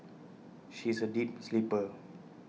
she is A deep sleeper